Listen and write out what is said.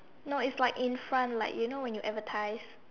no it's like in front like you know like when you advertise